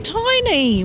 tiny